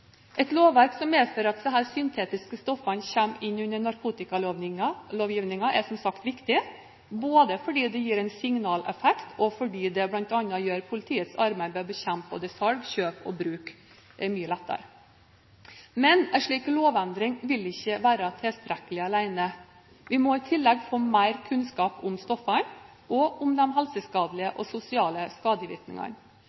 Et lovverk som medfører at disse syntetiske stoffene kommer inn under narkotikalovgivningen, er som sagt viktig, både fordi det gir en signaleffekt, og fordi det bl.a. gjør politiets arbeid med å bekjempe både salg, kjøp og bruk mye lettere. Men en slik lovendring vil ikke være tilstrekkelig alene. Vi må i tillegg få mer kunnskap om stoffene og om de helseskadelige